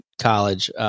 college